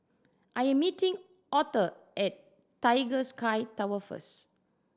I am meeting Authur at Tiger Sky Tower first